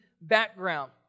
background